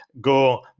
go